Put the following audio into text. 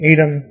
Edom